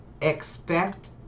expect